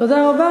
תודה רבה.